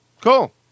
Cool